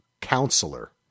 counselor